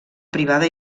privada